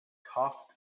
talked